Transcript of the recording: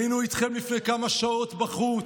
היינו איתכם לפני כמה שעות בחוץ,